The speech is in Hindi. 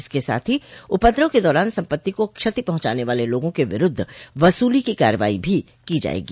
इसके साथ ही उपद्रव के दौरान सम्पत्ति को क्षति पहुंचाने वाले लोगों के विरूद्ध वसूली की कार्रवाई भी की जायेगी